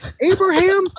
Abraham